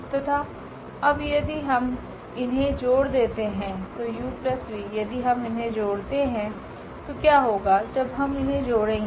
तथा अब यदि हम इन्हे जोड़ देते है तो uv यदि हम इन्हे जोड़ते है तो क्या होगा जब हम इन्हे जोड़ेगे